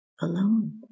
alone